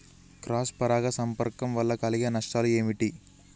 Cross పరాగ సంపర్కం వల్ల కలిగే నష్టాలు ఏమిటి?